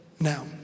now